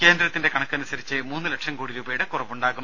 കേന്ദ്രത്തിന്റെ കണക്കനുസരിച്ച് മൂന്ന് ലക്ഷം കോടി രൂപയുടെ കുറവുണ്ടാകും